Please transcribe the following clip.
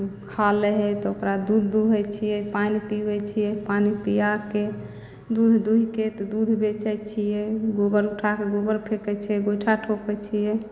खा लै हइ तऽ ओकरा दूध दुहै छिए पानि पिआबै छिए पानि पिआके दूध दुहिके तऽ दूध बेचै छिए गोबर उठाके गोबर फेँकै छिए गोइठा थोपै छिए